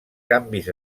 canvis